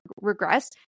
regress